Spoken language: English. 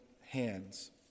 hands